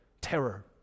terror